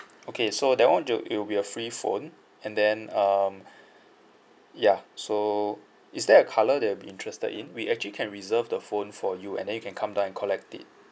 okay so that one it will be a free phone and then um ya so is there a colour that you'll be interested in we actually can reserve the phone for you and then you can come down and collect it